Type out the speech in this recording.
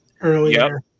earlier